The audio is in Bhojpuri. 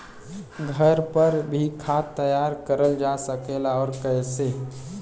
घर पर भी खाद तैयार करल जा सकेला और कैसे?